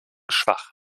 schwach